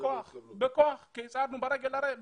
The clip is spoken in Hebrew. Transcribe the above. בכוח כי צעדנו ברגל.